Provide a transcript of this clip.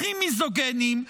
הכי מיזוגיניים,